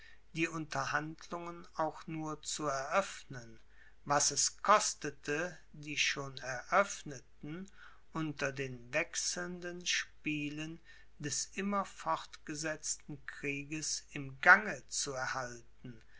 die unterhandlungen auch nur zu eröffnen was es kostete die schon eröffneten unter den wechselnden spielen des immer fortgesetzten krieges im gange zu erhalten